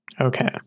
Okay